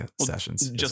sessions